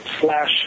slash